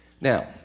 now